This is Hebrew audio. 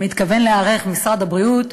משרד הבריאות,